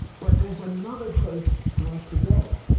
but there's another place for us to go.